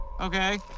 Okay